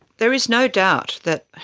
there is no doubt that,